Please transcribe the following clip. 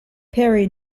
perry